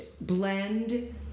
blend